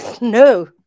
No